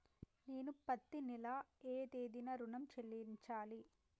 నేను పత్తి నెల ఏ తేదీనా ఋణం చెల్లించాలి?